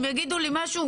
אם יגידו לי משהו,